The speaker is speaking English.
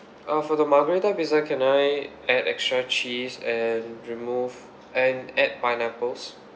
uh for the margherita pizza can I add extra cheese and remove and add pineapples